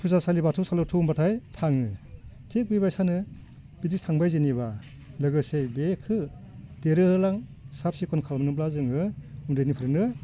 फुजा सालियाव बाथौसालियाव थौ होनबाथाय थाङो थिग बेबायसानो बिदि थांबाय जेनिबा लोगोसे बेखो देरहो होलां साब सिखन खालामनोब्ला जोङो उन्दैनिफ्रायनो